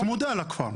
צמודה לכפר.